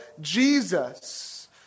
Jesus